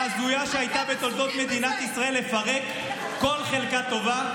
והזויה שהייתה בתולדות מדינת ישראל לפרק כל חלקה טובה.